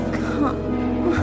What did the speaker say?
come